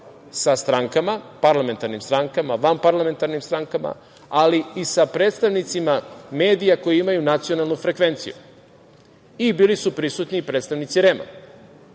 sa strankama, parlamentarnim strankama, vanparlamentarnim strankama, ali i sa predstavnicima medija koji imaju nacionalnu frekvenciju. I bili su prisutni i predstavnici REM-a.